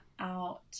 out